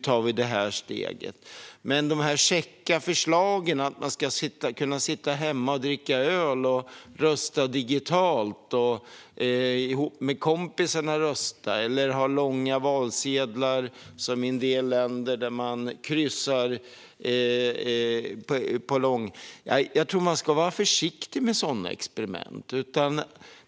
Men när det gäller käcka förslag om att man ska kunna sitta hemma och dricka öl och rösta digitalt ihop med kompisarna eller, som i en del länder, ha långa valsedlar där man kryssar tror jag att man ska vara försiktig med sådana experiment.